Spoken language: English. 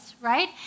right